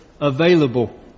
available